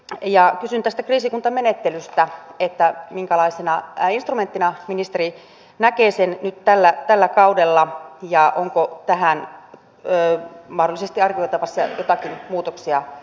kysyn tästä kriisikuntamenettelystä minkälaisena instrumenttina ministeri näkee sen nyt tällä kaudella ja onko tähän mahdollisesti arvioitavissa jotakin muutoksia olevan tulossa